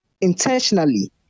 intentionally